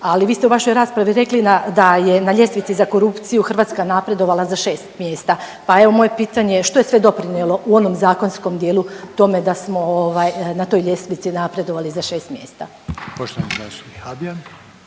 Ali vi ste u vašoj raspravi rekli da je na ljestvici za korupciju Hrvatska napredovala za 6 mjesta, pa evo moje pitanje je što je sve doprinijelo u onom zakonskom dijelu tome da smo ovaj na toj ljestvici napredovali za 6 mjesta? **Reiner, Željko